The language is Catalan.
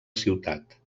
ciutat